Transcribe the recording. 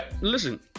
listen